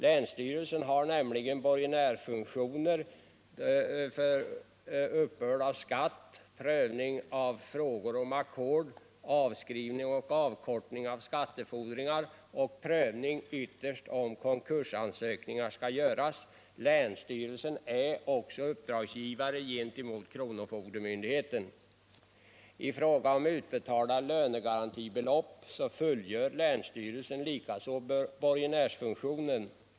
Länsstyrelsen har nämligen borgenärsfunktioner när det gäller uppbörd av skatt, prövning av frågor om ackord, avskrivning och avkortning av skattefordringar och prövning — ytterst — om konkursansökningar skall göras. Länsstyrelsen är också uppdragsgivare gentemot kronofogdemyndigheten. I fråga om utbetalda lönegarantibelopp fullgör länsstyrelsen likaså borgenärsfunktionen.